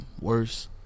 worse